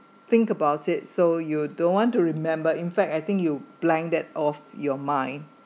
think about it so you don't want to remember in fact I think you blank that of your mind